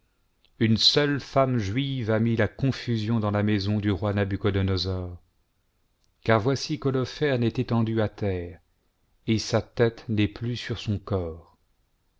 une seule femme juive a mis la confusion dans la maison du roi nabuchodonosor car voici qu'holoferne est étendu à terre et sa tête n'est plus avec son corps